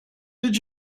did